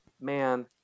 man